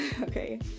Okay